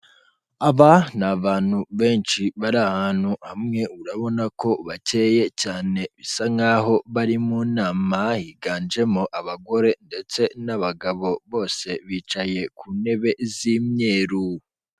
Aba ni abantu benshi bari ahantu hamwe urabona ko bacyeye cyane, bisa nk'aho bari mu na nama yiganjemo abagore ndetse n'abagabo, bose bicaye ku ntebe z'imyeru.